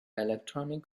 electronic